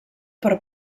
per